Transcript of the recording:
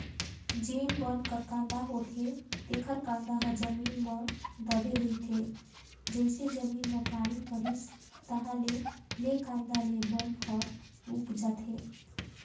जेन बन कर कांदा होथे तेखर कांदा ह जमीन म दबे रहिथे, जइसे जमीन म पानी परिस ताहाँले ले कांदा ले बन ह उग जाथे